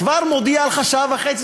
כבר מודיע לך: שעה וחצי.